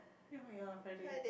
here we are Friday